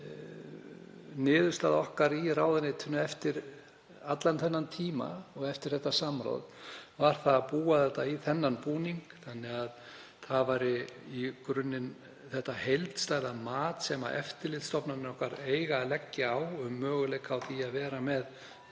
Niðurstaða okkar í ráðuneytinu eftir allan þennan tíma og eftir þetta samráð var að búa þetta í þennan búning þannig að það væri í grunninn hið heildstæða mat sem eftirlitsstofnanir okkar eiga að leggja á um möguleika á því að vera með